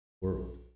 world